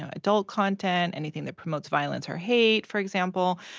ah adult content, anything that promotes violence or hate, for example.